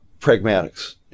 pragmatics